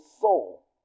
soul